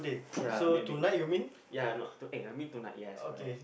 ya maybe ya not eh I mean tonight yes correct